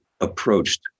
approached